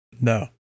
No